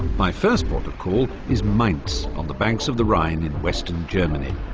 my first port of call is mainz, on the banks of the rhine in western germany.